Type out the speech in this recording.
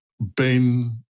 Ben